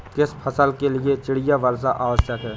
किस फसल के लिए चिड़िया वर्षा आवश्यक है?